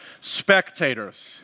spectators